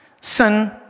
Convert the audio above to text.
Sin